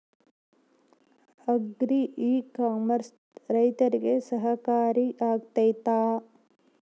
Agri e commerce ರೈತರಿಗೆ ಸಹಕಾರಿ ಆಗ್ತೈತಾ?